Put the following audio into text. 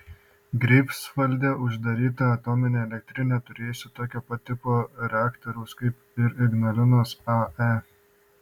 greifsvalde uždaryta atominė elektrinė turėjusi tokio pat tipo reaktorius kaip ir ignalinos ae